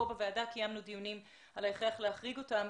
בוועדה קיימנו דיונים על ההכרח להחריג אותם.